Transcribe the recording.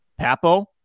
Papo